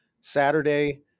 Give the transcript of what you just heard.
Saturday